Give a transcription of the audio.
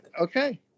Okay